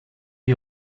die